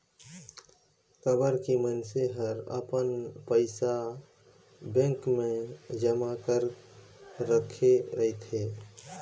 काबर की मइनसे हर अपन पइसा बेंक मे जमा करक राखे रथे